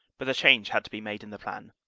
but a change had to be made in the plan.